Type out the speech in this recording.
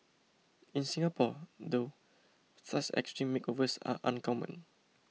in Singapore though such extreme makeovers are uncommon